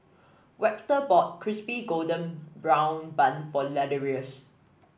Webster bought Crispy Golden Brown Bun for Ladarius